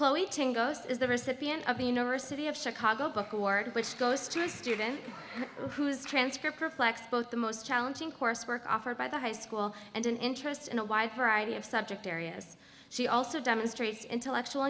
chloe is the recipient of the university of chicago book award which goes to a student whose transcript reflects both the most challenging coursework offered by the high school and an interest in a wide variety of subject areas she also demonstrates intellectual